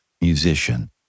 musician